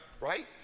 right